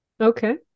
Okay